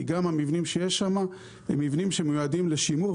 כי גם המבנים שיש שמה הם מבנים שמיועדים לשימור,